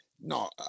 No